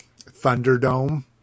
Thunderdome